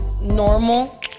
normal